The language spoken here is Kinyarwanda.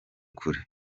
kure